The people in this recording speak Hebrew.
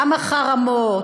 גם החרמות,